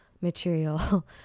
material